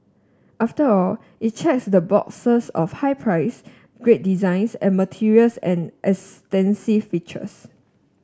after all it checks the boxes of high price great designs and materials and extensive features